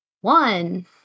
One